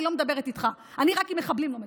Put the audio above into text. לא מדברת איתך"; אני רק עם מחבלים לא מדברת,